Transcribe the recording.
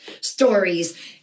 stories